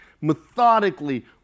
methodically